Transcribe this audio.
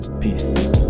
Peace